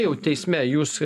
jau teisme jūs